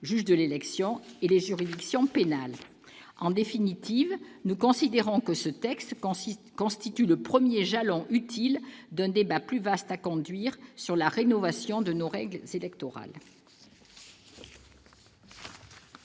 juge de l'élection, et les juridictions pénales. En définitive, nous considérons que ce texte est un premier jalon utile, mais qu'un débat plus vaste sur la rénovation de nos règles électorales